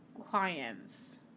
clients